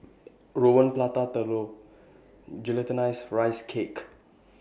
Rawon Prata Telur Glutinous Rice Cake